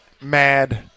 mad